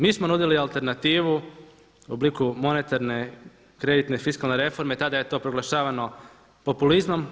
Mi smo nudili alternativu u obliku monetarne, kreditne fiskalne reforme, tada je to proglašavano populizmom.